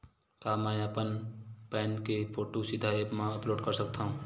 का मैं अपन पैन के फोटू सीधा ऐप मा अपलोड कर सकथव?